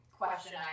question